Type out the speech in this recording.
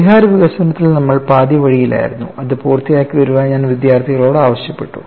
പരിഹാര വികസനത്തിൽ നമ്മൾ പാതിവഴിയിലായിരുന്നു അത് പൂർത്തിയാക്കി വരാൻ ഞാൻ വിദ്യാർത്ഥികളോട് ആവശ്യപ്പെട്ടു